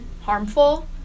harmful